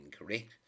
incorrect